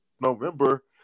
november